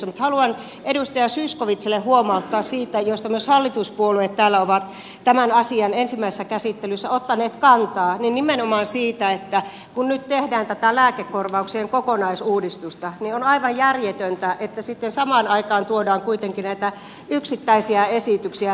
mutta haluan edustaja zyskowiczille huomauttaa nimenomaan siitä asiasta johon myös hallituspuolueet täällä ovat tämän asian ensimmäisessä käsittelyssä ottaneet kantaa että kun nyt tehdään tätä lääkekorvauksien kokonaisuudistusta niin on aivan järjetöntä että sitten samaan aikaan tuodaan kuitenkin näitä yksittäisiä esityksiä tänne